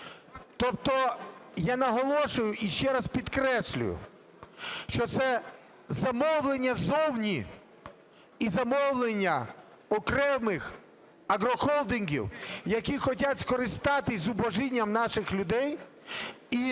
Тобто я наголошую і ще раз підкреслюю, що це замовлення зовні і замовлення окремих агрохолдингів, які хочуть скористатися зубожінням наших людей